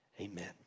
Amen